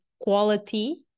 quality